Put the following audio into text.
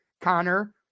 Connor